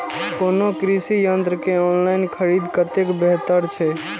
कोनो कृषि यंत्र के ऑनलाइन खरीद कतेक बेहतर छै?